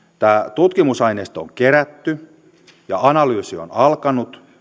tutkimusaineisto on kerätty ja analyysi on alkanut ja